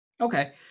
Okay